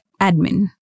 admin